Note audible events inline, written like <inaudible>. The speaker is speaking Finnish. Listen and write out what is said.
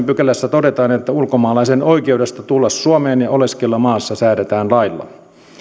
<unintelligible> pykälässä todetaan että ulkomaalaisen oikeudesta tulla suomeen ja oleskella maassa säädetään lailla